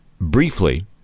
briefly